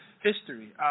history